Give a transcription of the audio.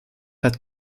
had